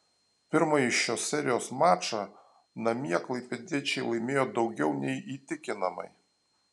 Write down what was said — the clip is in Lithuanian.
pirmąjį šios serijos mačą namie klaipėdiečiai laimėjo daugiau nei įtikinamai